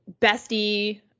bestie